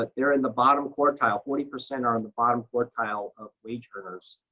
but they're in the bottom quartile. forty percent are in the bottom quartile of wage earners.